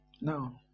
Now